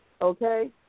okay